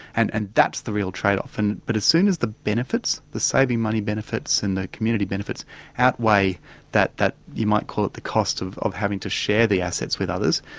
and and that's the real trade-off, and but as soon as the benefits the saving money benefits and the community benefits outweigh that, you might call it the cost of of having to share the assets with others,